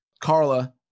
Carla